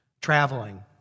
traveling